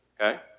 Okay